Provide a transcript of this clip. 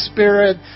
Spirit